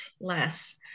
less